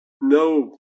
No